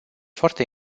foarte